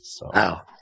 Wow